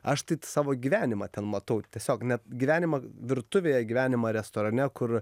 aš tai t savo gyvenimą ten matau tiesiog net gyvenimą virtuvėje gyvenimą restorane kur